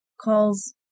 calls